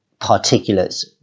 particulates